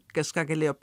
kažką galėjo